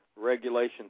Regulation